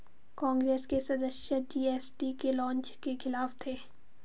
कांग्रेस के सदस्य जी.एस.टी के लॉन्च के खिलाफ थे